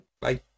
Bye